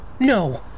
No